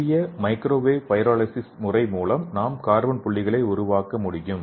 எளிய microwave pyrolysis முறை மூலம் நாம் கார்பன் புள்ளிகளை உருவாக்க முடியும்